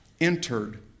entered